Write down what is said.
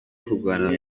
kurwana